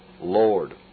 Lord